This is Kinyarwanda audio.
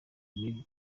muri